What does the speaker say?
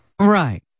Right